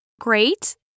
great